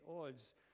odds